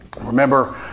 Remember